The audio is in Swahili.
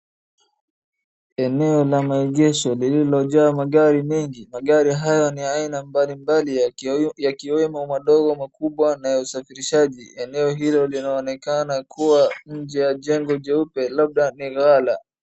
Eneo la maegesho lililojaa magari mengi, magari hayo ni aina mbali mbali yakiwemo madogo makubwa na ya usafirishaji, eneo hilo linaonekana kuwa nje ya jengo jeupe labda ni gala.